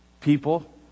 people